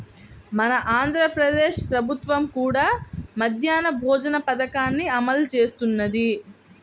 మన ఆంధ్ర ప్రదేశ్ ప్రభుత్వం కూడా మధ్యాహ్న భోజన పథకాన్ని అమలు చేస్తున్నది